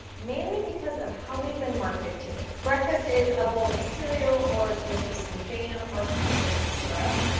mainly because of how we've been marketed to. breakfast is a bowl of cereal or toast with some jam or pancakes with syrup.